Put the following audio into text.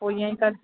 पोइ ईअं ई कनि